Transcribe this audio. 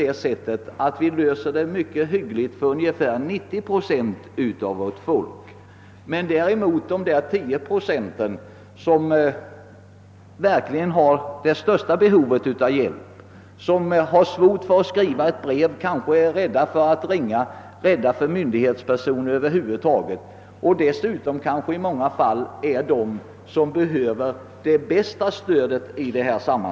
Då kanske vi löser problemen ganska hyggligt för 90 procent av medborgarna, men de resterande 10 procenten utgörs måhända av människor som har det största hjälpbehovet. De har svårt att skriva brev, de är rädda för att ringa och besvära myndighetspersoner över huvud taget, och dessutom är det som sagt just de som i många fall bäst behöver stödet och hjälpen.